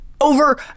Over